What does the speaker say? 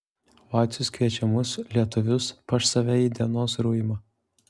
vacius kviečia mus lietuvius pas save į dienos ruimą